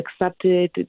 accepted